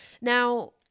Now